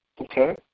Okay